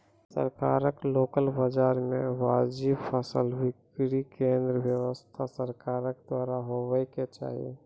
किसानक लोकल बाजार मे वाजिब फसलक बिक्री केन्द्रक व्यवस्था सरकारक द्वारा हेवाक चाही?